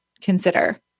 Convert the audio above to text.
consider